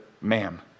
ma'am